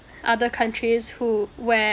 other countries who where